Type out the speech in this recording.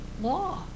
law